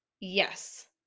Yes